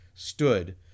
Stood